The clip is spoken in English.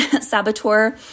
saboteur